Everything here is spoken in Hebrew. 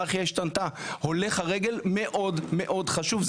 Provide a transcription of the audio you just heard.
הולך הרגל מאוד מאוד חשוב.